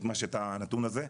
את הנתון הזה,